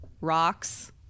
rocks